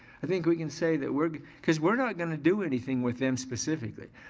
i think we can say that we're, cause we're not gonna do anything with them specifically.